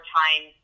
time